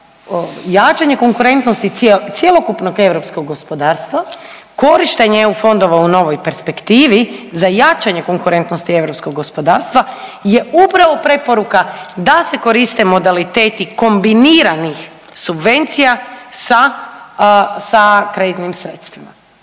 jačanje konkurentnosti cjelokupnog europskog gospodarstva korištenje EU fondova u novoj perspektivi za jačanje konkurentnosti europskog gospodarstva je upravo preporuka da se koriste modaliteti kombiniranih subvencija sa kreditnim sredstvima.